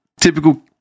typical